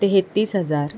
तेहेतीस हजार